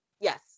yes